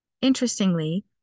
Interestingly